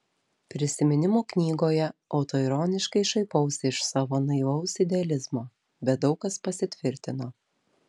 prisiminimų knygoje autoironiškai šaipausi iš savo naivaus idealizmo bet daug kas pasitvirtino